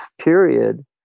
period